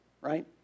right